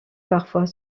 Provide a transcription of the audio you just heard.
parfois